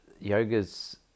yoga's